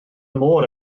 môr